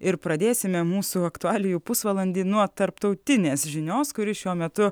ir pradėsime mūsų aktualijų pusvalandį nuo tarptautinės žinios kuri šiuo metu